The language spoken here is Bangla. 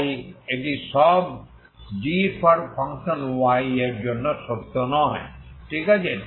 তাই এটি সব g এর জন্য সত্য নয় ঠিক আছে